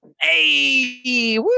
Hey